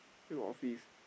still got office